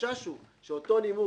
החשש הוא שאותו נימוק,